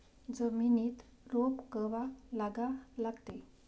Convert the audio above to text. जमिनीत रोप कवा लागा लागते?